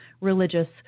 religious